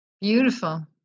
beautiful